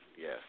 Yes